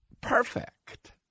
perfect